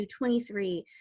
23